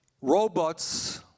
Robots